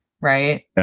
Right